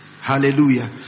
Hallelujah